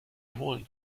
holen